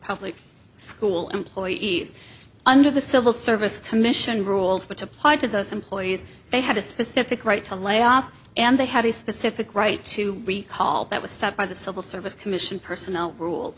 public school employees under the civil service commission rules which apply to those employees they had a specific right to layoff and they had a specific right to recall that was set by the civil service commission personnel rules